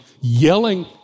yelling